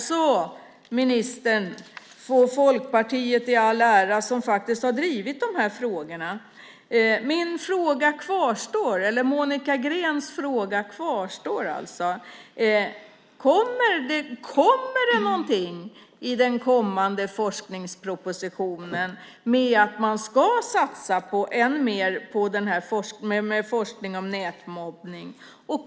Därför, ministern och Folkpartiet i all ära, som faktiskt har drivit de här frågorna, kvarstår Monica Greens fråga: Kommer det i den kommande forskningspropositionen med någonting om att man ska satsa än mer på forskning om nätmobbning?